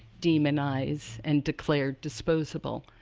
demonize, and declare disposable.